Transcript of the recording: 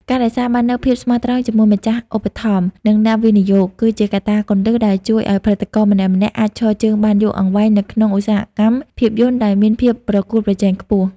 ការរក្សាបាននូវភាពស្មោះត្រង់ជាមួយម្ចាស់ឧបត្ថម្ភ និងអ្នកវិនិយោគ គឺជាកត្តាគន្លឹះដែលជួយឱ្យផលិតករម្នាក់ៗអាចឈរជើងបានយូរអង្វែងនៅក្នុងឧស្សាហកម្មភាពយន្តដែលមានភាពប្រកួតប្រជែងខ្ពស់។